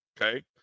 okay